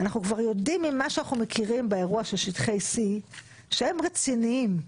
אנחנו כבר יודעים ממה שאנחנו מכירים באירוע של שטחי C שהם רציניים.